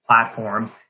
platforms